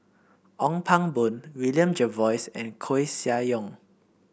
Ong Pang Boon William Jervois and Koeh Sia Yong